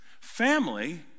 family